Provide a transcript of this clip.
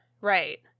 right